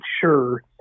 sure